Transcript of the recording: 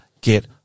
get